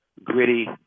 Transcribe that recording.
Gritty